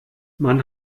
man